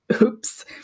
Oops